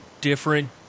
different